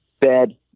Bed